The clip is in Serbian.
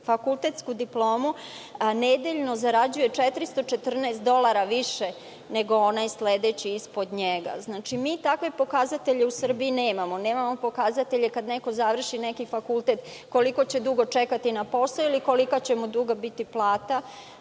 fakultetsku diplomu nedeljno zarađuje 414 dolara više nego onaj sledeći ispod njega. Takve pokazatelje u Srbiji nemamo. Nemamo pokazatelje kada neko završi neki fakultet koliko će dugo čekati na posao ili kolika će mu biti plata.